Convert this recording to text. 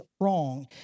wrong